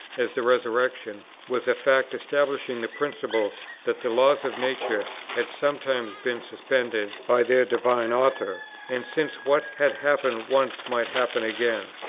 as the resurrection, was a fact establishing the principle that the laws of nature had sometimes been suspended by their divine author, and since what had happened once might happen again,